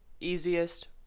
easiest